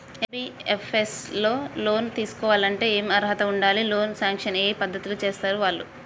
NBFS లో loan తీస్కోవాలంటే ఏం అర్హత ఉండాలి? లోన్ సాంక్షన్ ఏ పద్ధతి లో చేస్తరు వాళ్లు?